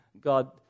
God